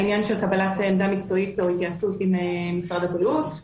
העניין של קבלת עמדה מקצועית או התייעצות עם משרד הבריאות,